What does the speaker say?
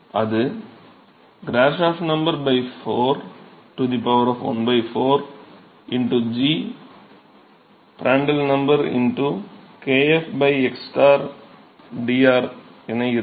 அது Gr 4 ¼ gPr k f x dr என இருக்கும்